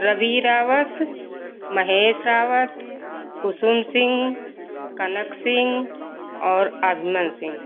रवि रावत महेश रावत कुसुम सिंह कनक सिंह और अभिमन्यु सिंह